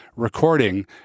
recording